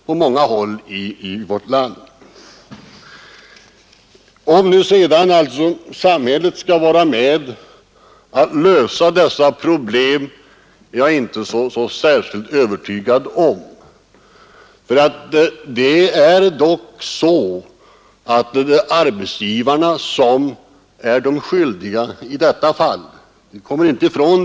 Jag är inte särskilt övertygad om att samhället skall hjälpa till att lösa dessa problem. Arbetsgivarna är dock de skyldiga i dessa fall — det kommer vi inte ifrån.